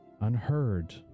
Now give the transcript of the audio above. unheard